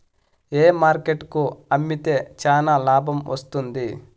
ఏ market కు అమ్మితే చానా లాభం వస్తుంది?